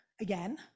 again